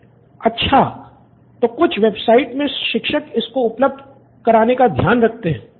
student 1 अच्छा तो कुछ वेबसाइट में शिक्षक इसको उपलब्ध कराने का ध्यान रखते हैं